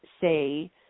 say